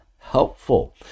helpful